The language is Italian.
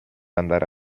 andare